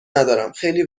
ندارم، خیلی